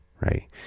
right